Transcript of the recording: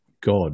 God